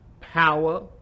power